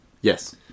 Yes